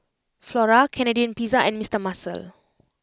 Flora Canadian Pizza and Mister Muscle